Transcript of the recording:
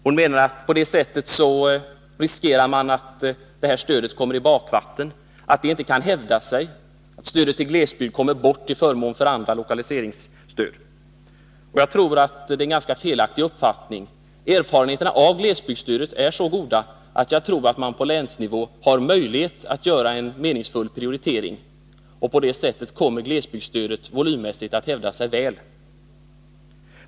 Hon menar att man på det sättet riskerar att detta stöd kommer i bakvatten, att det inte kan hävda sig, att stödet till glesbygd kommer bort till förmån för andra lokaliseringsstöd. Jag tror att det är en ganska felaktig uppfattning. Erfarenheterna av glesbygdsstödet är så goda att jag tror att man på länsnivå har möjlighet att göra en meningsfull prioritering. På det sättet kommer glesbygdsstödet volymmässigt att hävda sig väl.